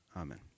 Amen